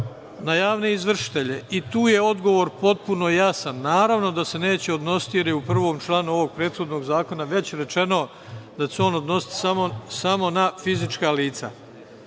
na javne izvršitelje? Tu je odgovor potpuno jasan – naravno da se neće odnositi, jer je u prvom članu ovog prethodnog zakona već rečeno da će se on odnositi samo na fizička lica. Sad